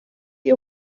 ihr